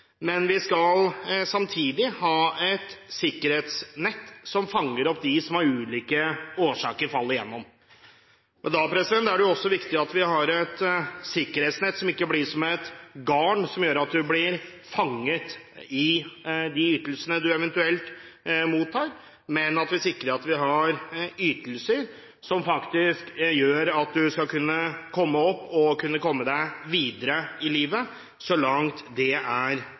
men vi skal samtidig ha et sikkerhetsnett som fanger opp dem som av ulike årsaker faller igjennom. Da er det også viktig at vi har et sikkerhetsnett som ikke blir som et garn som gjør at man blir fanget i de ytelsene man eventuelt mottar, men at vi sikrer at vi har ytelser som faktisk gjør at man skal kunne komme seg opp og videre i livet, så langt det er